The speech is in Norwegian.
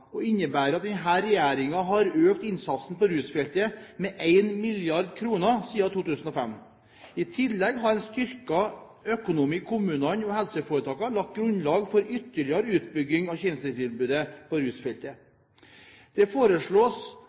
og innebærer at denne regjeringen har økt innsatsen på rusfeltet med 1 mrd. kr siden 2005. I tillegg har en styrket økonomi i kommunene og helseforetakene lagt grunnlag for ytterligere utbygging av tjenestetilbudet på rusfeltet. Det foreslås